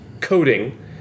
coding